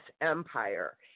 empire